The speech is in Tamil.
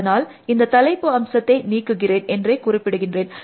அதனால் இந்த தலைப்பு அம்சத்தை நீக்குகிறேன் என்றே குறிப்பிடுகிறேன்